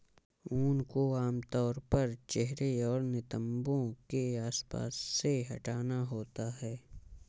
ऊन को आमतौर पर चेहरे और नितंबों के आसपास से हटाना होता है